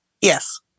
Yes